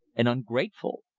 and ungrateful.